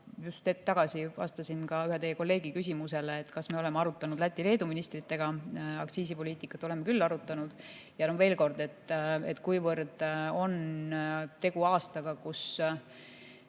Just hetk tagasi ma vastasin ühe teie kolleegi küsimusele, kas me oleme arutanud Läti ja Leedu ministritega aktsiisipoliitikat. Oleme küll arutanud. Ja veel kord: kuivõrd on tegu aastaga, kus